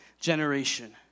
generation